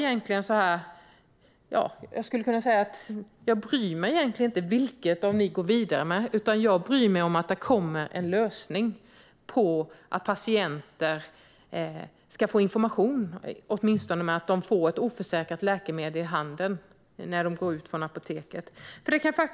Jag skulle kunna säga att jag egentligen inte bryr mig om vilket ni går vidare med, utan vad jag bryr mig om är att det kommer en lösning så att patienter åtminstone får information om att de får ett oförsäkrat läkemedel i handen när de går ut från apoteket.